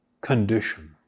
condition